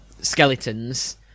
skeletons